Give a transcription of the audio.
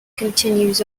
continues